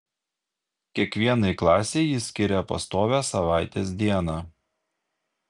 kiekvienai klasei ji skiria pastovią savaitės dieną